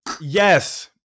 Yes